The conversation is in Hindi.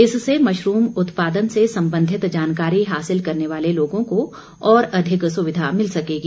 इससे मशरूम उत्पादन से संबंधित जानकारी हासिल करने वाले लोगों को और अधिक सुविधा मिल सकेगी